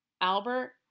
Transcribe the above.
Albert